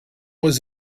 was